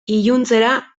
iluntzera